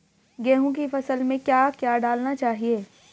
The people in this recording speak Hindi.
गेहूँ की फसल में क्या क्या डालना चाहिए?